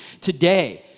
today